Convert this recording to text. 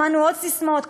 שמענו עוד ססמאות,